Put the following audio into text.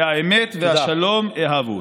"והאמת והשלום אהבו".